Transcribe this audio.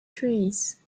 trees